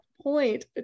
point